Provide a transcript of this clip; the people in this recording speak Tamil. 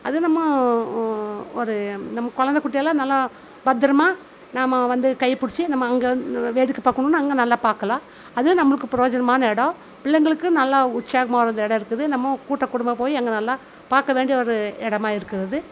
அது நம்ம ஒரு நம்ம கொழந்தகுட்டியெல்லாம் நல்லா பத்திரமா நாம் வந்து கை புடிச்சு நாம் அங்கே வேடிக்கை பார்க்கணுனா அங்கே நல்லா பார்க்கலாம் அதுவும் நம்மளுக்கு பிரோஜனமான எடம் பிள்ளைங்களுக்கு நல்ல உற்சாகமா அந்த எடம் இருக்குது நம்ம கூட்டுகுடும்பமாக போய் அங்கே நல்லா பார்க்கவேண்டிய ஒரு இடமா இருக்கிறது